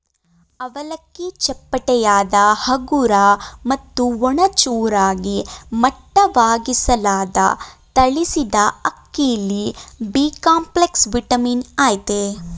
ಅವಲಕ್ಕಿ ಚಪ್ಪಟೆಯಾದ ಹಗುರ ಮತ್ತು ಒಣ ಚೂರಾಗಿ ಮಟ್ಟವಾಗಿಸಲಾದ ತಳಿಸಿದಅಕ್ಕಿಲಿ ಬಿಕಾಂಪ್ಲೆಕ್ಸ್ ವಿಟಮಿನ್ ಅಯ್ತೆ